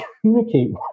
communicate